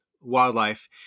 wildlife